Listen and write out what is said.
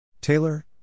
Taylor